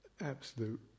absolute